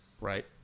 right